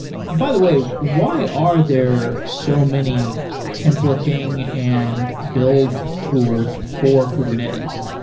by the way, why are there so many templating and build tools for kubernetes?